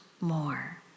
more